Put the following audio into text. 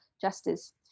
justice